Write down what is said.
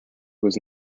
was